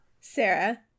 Sarah